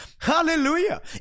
hallelujah